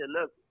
look